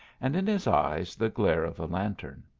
and in his eyes the glare of a lantern.